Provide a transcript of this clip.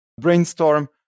brainstorm